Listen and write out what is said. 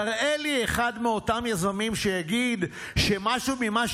תראה לי אחד מאותם יזמים שיגיד שמשהו ממה